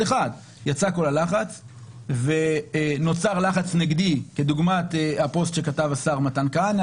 אחד ונוצר לחץ נגדי כדוגמת הפוסט שכתב השר מתן כהנא,